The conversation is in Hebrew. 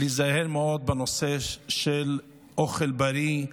להיזהר מאוד בנושא של אוכל בריא,